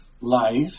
life